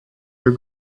your